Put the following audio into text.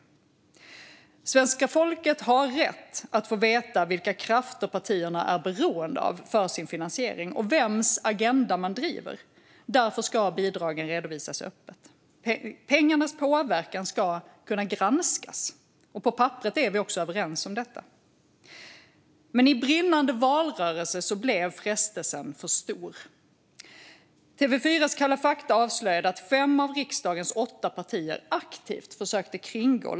Svenska folket har rätt att få veta vilka krafter partierna är beroende av för sin finansiering och vems agenda de driver. Därför ska bidragen redovisas öppet. Pengarnas påverkan ska kunna granskas. Och på papperet är vi också överens om detta. Men i brinnande valrörelse blev frestelsen för stor.